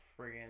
friggin